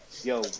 yo